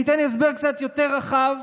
אני אתן הסבר קצת יותר רחב